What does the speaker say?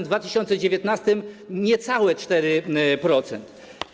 W 2019 - niecałe 4%.